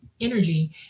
energy